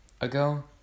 ago